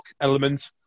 element